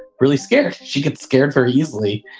really scared. she get scared very easily.